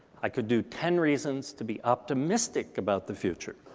i could do ten reasons to be optimistic about the future.